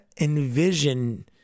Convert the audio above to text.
envision